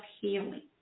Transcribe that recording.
healing